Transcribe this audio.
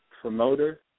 promoter